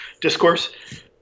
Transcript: discourse